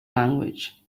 language